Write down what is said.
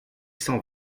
cent